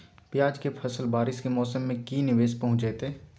प्याज के फसल बारिस के मौसम में की निवेस पहुचैताई?